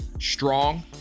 Strong